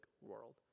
world